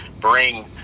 bring